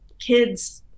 kids